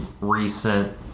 recent